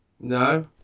no